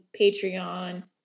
Patreon